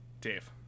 Dave